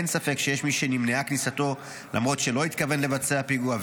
אין ספק שיש מי שנמנעה כניסתו למרות שלא התכוון לבצע פיגוע,